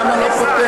למה לא פותר?